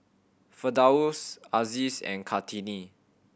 Firdaus Aziz and Kartini